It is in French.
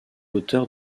auteur